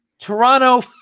Toronto